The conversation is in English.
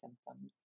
symptoms